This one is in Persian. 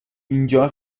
اینجا